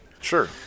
sure